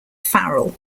farrell